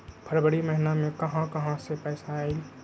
फरवरी महिना मे कहा कहा से पैसा आएल?